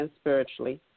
spiritually